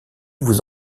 vous